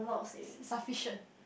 sufficient